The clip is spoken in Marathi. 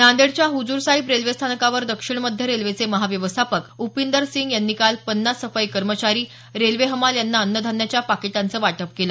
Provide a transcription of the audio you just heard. नांदेडच्या हुजुर साहिब रेल्वे स्थानकावर दक्षिण मध्य रेल्वेचे महाव्यवस्थापक उपिंदरसिंग यांनी काल पन्नास सफाई कर्मचारी रेल्वे हमाल यांना अन्नधान्याच्या पाकीटांचं वाटप केलं